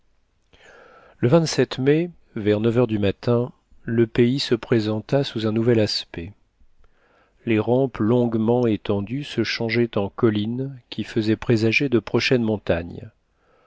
le mai vers neuf heures du matin le pays se présenta sous un nouvel aspect les rampes longuement étendues se changeaient en collines qui faisaient présager de prochaines montagnes